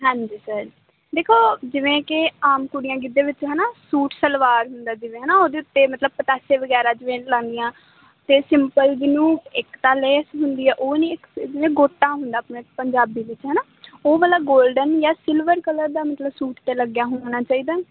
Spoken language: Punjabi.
ਹਾਂਜੀ ਸਰ ਦੇਖੋ ਜਿਵੇਂ ਕਿ ਆਮ ਕੁੜੀਆਂ ਗਿੱਧੇ ਵਿੱਚ ਹੈ ਨਾ ਸੂਟ ਸਲਵਾਰ ਹੁੰਦਾ ਜਿਵੇਂ ਹੈ ਨਾ ਉਹਦੇ ਉੱਤੇ ਮਤਲਬ ਪਤਾਸੇ ਵਗੈਰਾ ਜਿਵੇਂ ਲਾਦੀਆਂ ਅਤੇ ਸਿੰਪਲ ਜਿਹਨੂੰ ਇੱਕ ਤਾਂ ਲੇਸ ਹੁੰਦੀ ਆ ਉਹ ਨਹੀਂ ਇੱਕ ਗੋਟਾ ਹੁੰਦਾ ਆਪਣੇ ਪੰਜਾਬੀ ਵਿੱਚ ਹੈ ਨਾ ਉਹ ਵਾਲਾ ਗੋਲਡਨ ਜਾਂ ਸਿਲਵਰ ਕਲਰ ਦਾ ਮਤਲਬ ਸੂਟ 'ਤੇ ਲੱਗਿਆ ਹੋਣਾ ਚਾਹੀਦਾ